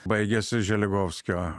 baigiasi želigovskio